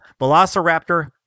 Velociraptor